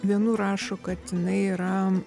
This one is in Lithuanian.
vienur rašo kad jinai yra